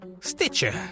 Stitcher